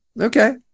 Okay